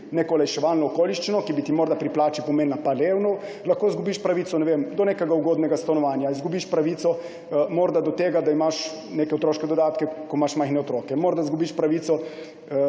neko olajševalno okoliščino, ki bi ti morda pri plači pomenila nekaj evrov, lahko izgubiš pravico do nekega ugodnega stanovanja, izgubiš pravico morda do tega, da imaš neke otroške dodatke, ko imaš majhne otroke, morda izgubiš pravico